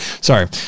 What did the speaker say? sorry